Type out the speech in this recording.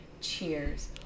Cheers